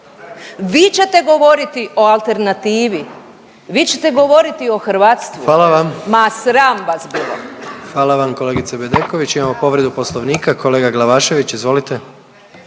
Vi ćete govoriti o alternativi, vi ćete govoriti o hrvatstvu …/Upadica